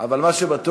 אבל מה שבטוח,